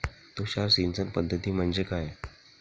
तुषार सिंचन पद्धती म्हणजे काय?